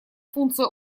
функция